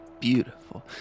Beautiful